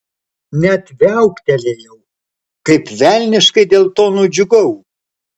net viauktelėjau kaip velniškai dėl to nudžiugau